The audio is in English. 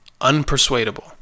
unpersuadable